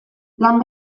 lan